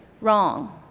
wrong